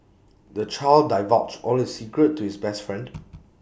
the child divulged all his secrets to his best friend